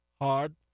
hard